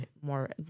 more